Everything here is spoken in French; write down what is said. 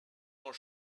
grand